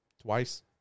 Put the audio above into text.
twice